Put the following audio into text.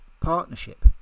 partnership